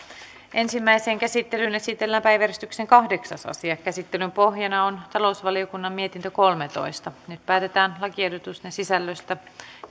ensimmäiseen käsittelyyn esitellään päiväjärjestyksen kahdeksas asia käsittelyn pohjana on talousvaliokunnan mietintö kolmetoista nyt päätetään lakiehdotusten sisällöstä